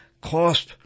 cost